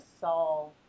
solve